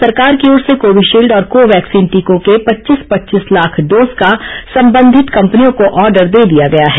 राज्य सरकार की ओर से कोविशील्ड और को वैक्सीन टीकों के पच्चीस पच्चीस लाख डोज का संबंधित कंपनियों को ऑर्डर दे दिया गया है